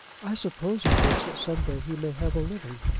i suppose he thinks that some day he may have a living.